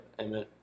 Amen